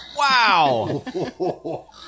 Wow